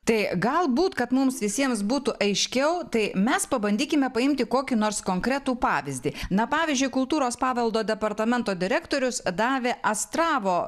tai galbūt kad mums visiems būtų aiškiau tai mes pabandykime paimti kokį nors konkretų pavyzdį na pavyzdžiui kultūros paveldo departamento direktorius davė astravo